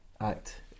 act